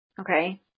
Okay